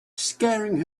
scaring